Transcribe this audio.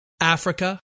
Africa